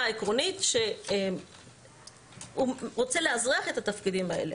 העקרונית שלו הייתה שהוא רוצה לאזרח את התפקידים האלה.